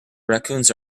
raccoons